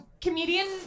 comedian